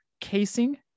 casing